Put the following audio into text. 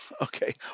Okay